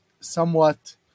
somewhat